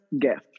gift